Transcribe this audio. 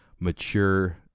Mature